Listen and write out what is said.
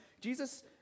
Jesus